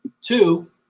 Two